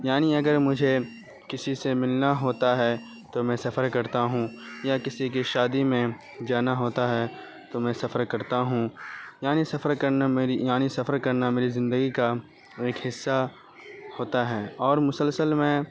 یعنی اگر مجھے کسی سے ملنا ہوتا ہے تو میں سفر کرتا ہوں یا کسی کی شادی میں جانا ہوتا ہے تو میں سفر کرتا ہوں یعنی سفر کرنا میری یعنی سفر کرنا میری زندگی کا ایک حصہ ہوتا ہے اور مسلسل میں